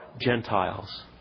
Gentiles